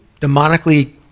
demonically